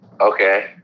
okay